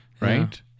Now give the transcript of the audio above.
right